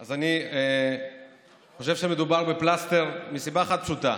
אז אני חושב שמדובר בפלסטר מסיבה אחת פשוטה: